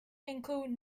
include